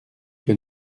que